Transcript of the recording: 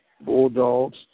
Bulldogs